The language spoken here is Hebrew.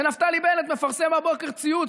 ונפתלי בנט מפרסם הבוקר ציוץ,